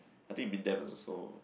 I think Mindef is also